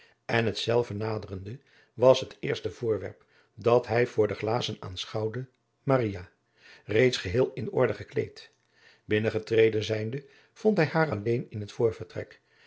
en hetzelve naderende was het eerste voorwerp dat hij voor de glazen aanschouwde maria reeds geheel in orde gekleed binnen getreden zijnde vond hij haar alleen in het